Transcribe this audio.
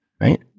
right